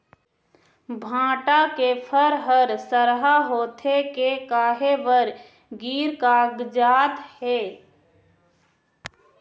भांटा के फर हर सरहा होथे के काहे बर गिर कागजात हे?